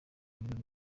birori